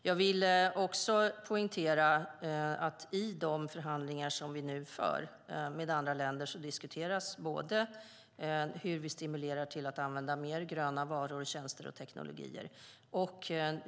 Jag vill poängtera att i de förhandlingar som vi nu för med andra länder diskuteras hur vi stimulerar till att använda mer gröna varor, tjänster och teknologier.